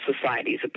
societies